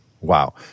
Wow